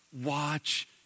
watch